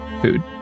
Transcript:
food